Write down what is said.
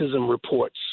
reports